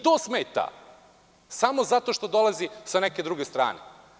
To smeta samo zato što dolazi sa neke druge strane.